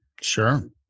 Sure